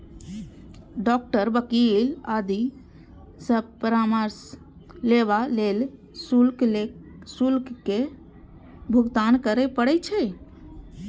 doctor, वकील आदि सं परामर्श लेबा लेल शुल्क केर भुगतान करय पड़ै छै